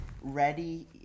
Ready